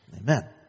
Amen